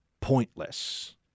pointless